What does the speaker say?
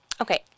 Okay